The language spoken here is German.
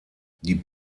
die